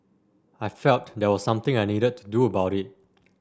I felt there was something I needed to do about it